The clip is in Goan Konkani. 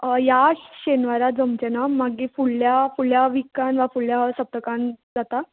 हय या शेनवारा जमचें ना मागी फुडल्या फुडल्या विकान वा फुडल्या सप्तकान जाता